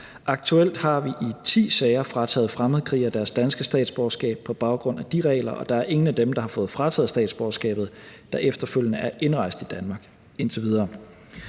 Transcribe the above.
Aktuelt har vi i ti sager frataget fremmedkrigere deres danske statsborgerskab på baggrund af de regler, og der er ingen af dem, der har fået frataget statsborgerskabet, der efterfølgende er indrejst i Danmark